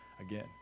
again